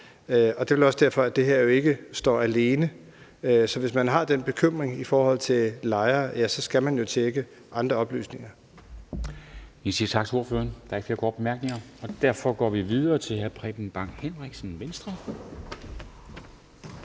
Det er vel også derfor, at det her jo ikke står alene. Så hvis man har den bekymring i forhold til lejere, skal man jo tjekke andre oplysninger.